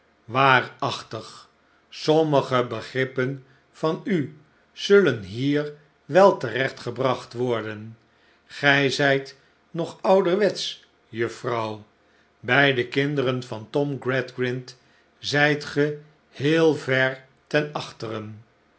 waarachtig sommige begrippen van u zullen hier wel terechtgebracht worden gij zijt nog ouderwetsch juffrouw bij de kinderen van tom gradgrind zijt ge heel ver ten achteren